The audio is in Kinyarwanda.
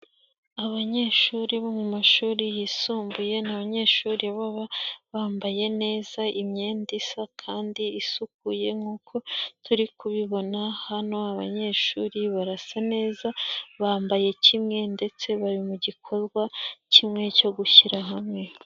Abanyeshuri bo mu mumashuri yisumbuye ni abanyeshuri baba bambaye neza imyenda isa kandi isukuye nk'uko turi kubibona hano abanyeshuri barasa neza bambaye kimwe ndetse bari mu gikorwa kimwe cyo gushyira hamwe.